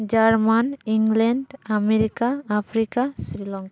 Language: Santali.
Jarman England America Africa Sri Lanka